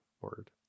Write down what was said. word